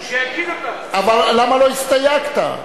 אבל למה לא הסתייגת?